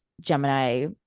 Gemini